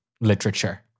Literature